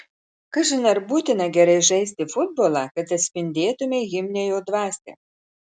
kažin ar būtina gerai žaisti futbolą kad atspindėtumei himne jo dvasią